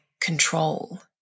control